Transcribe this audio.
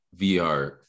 VR